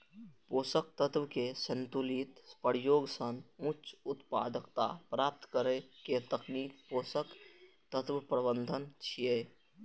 पोषक तत्व के संतुलित प्रयोग सं उच्च उत्पादकता प्राप्त करै के तकनीक पोषक तत्व प्रबंधन छियै